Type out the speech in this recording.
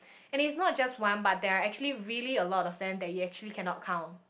it is not just one but there are actually really a lot of them that you actually cannot count